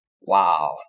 Wow